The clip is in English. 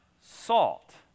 Salt